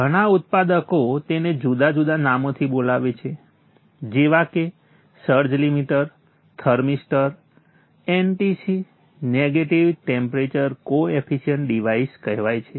ઘણા ઉત્પાદકો તેને જુદા જુદા નામોથી બોલાવે છે જેવા કે surge limiter thermistor NTC negative temperature coefficient device કહેવાય છે